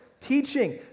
teaching